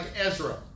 Ezra